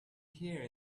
here